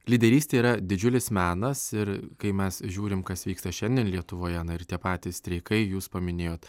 lyderystė yra didžiulis menas ir kai mes žiūrim kas vyksta šiandien lietuvoje na ir tie patys streikai jūs paminėjot